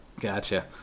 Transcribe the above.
Gotcha